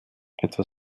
etwa